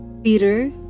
Peter